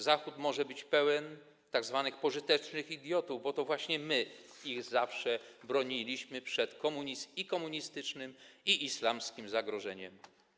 Zachód może być pełen tzw. pożytecznych idiotów, bo to właśnie my ich zawsze broniliśmy przed i komunistycznym, i islamskim zagrożeniem.